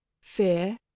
fear